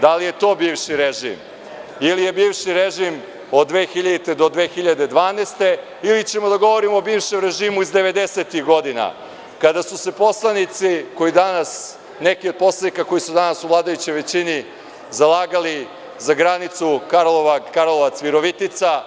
Da li je to bivši režim ili je bivši režim od 2000. do 2012. godine ili ćemo da govorimo o bivšem režimu iz devedesetih godina, kada su se poslanici, neki od poslanika koji su i danas u vladajućoj većini, zalagali za granicu Karlovac-Virovitica?